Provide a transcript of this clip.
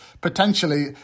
potentially